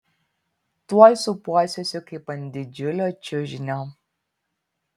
tuoj sūpuosiuosi kaip ant didžiulio čiužinio